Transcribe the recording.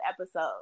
episode